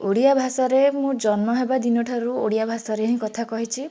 ଓଡ଼ିଆ ଭାଷାରେ ମୁଁ ଜନ୍ମ ହେବା ଦିନଠାରୁ ଓଡ଼ିଆ ଭାଷାରେ ହିଁ କଥା କହିଛି